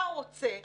אתה רוצה שאני,